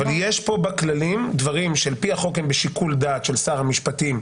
אבל יש פה בכללים דברים שעל-פי החוק הם בשיקול דעת של שר המשפטים,